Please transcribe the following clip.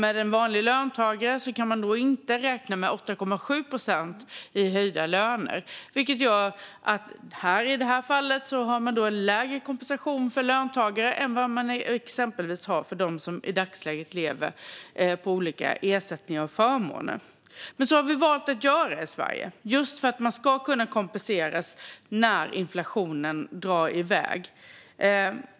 En vanlig löntagare kan i jämförelse inte räkna med 8,7 procent i höjda löner, vilket gör att kompensationen för löntagare i detta fall blir lägre än den blir för exempelvis dem som i dagsläget lever på olika ersättningar och förmåner. Vi har valt att göra så i Sverige för att man ska kunna kompenseras när inflationen drar iväg.